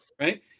right